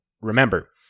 remember